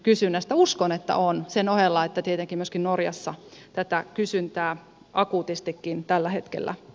uskon että on sen ohella että tietenkin myöskin norjassa tätä kysyntää akuutistikin tällä hetkellä on